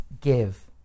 give